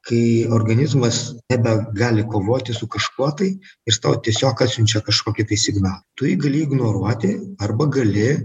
kai organizmas nebegali kovoti su kažkuo tai jis tau tiesiog atsiunčia kažkokį signalą tu jį gali ignoruoti arba gali